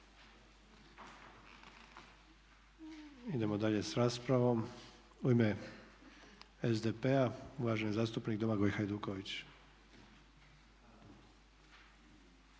Idemo dalje s raspravom. U ime SDP-a uvaženi zastupnik Domagoj Hajduković.